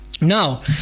now